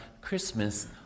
Christmas